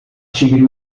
tigre